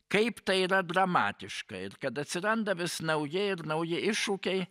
kaip tai yra dramatiška ir kad atsiranda vis nauji ir nauji iššūkiai